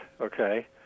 okay